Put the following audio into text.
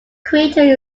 crater